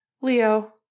Leo